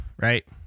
right